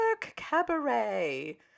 cabaret